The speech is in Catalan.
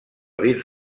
dins